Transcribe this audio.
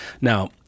Now